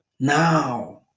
now